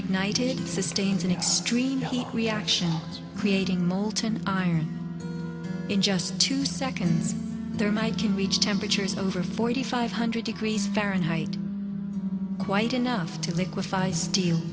ignited sustains an extreme heat reaction creating molten iron in just two seconds there might can reach temperatures over forty five hundred degrees fahrenheit quite enough to liquify